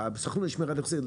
שהסוכנות לשמירה על איכות הסביבה